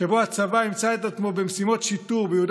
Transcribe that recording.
שבו הצבא ימצא את עצמו במשימות שיטור ביהודה